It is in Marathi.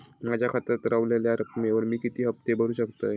माझ्या खात्यात रव्हलेल्या रकमेवर मी किती हफ्ते भरू शकतय?